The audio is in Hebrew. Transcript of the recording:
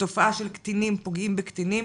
התופעה של קטינים פוגעים בקטינים.